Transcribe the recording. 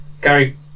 Gary